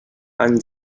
any